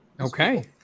Okay